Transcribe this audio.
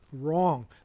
Wrong